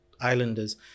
islanders